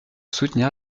soutenir